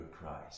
Christ